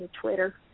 Twitter